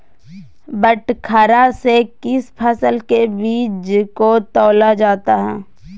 बटखरा से किस फसल के बीज को तौला जाता है?